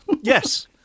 Yes